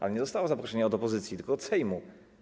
Ale nie dostała zaproszenia od opozycji, tylko od Sejmu.